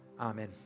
Amen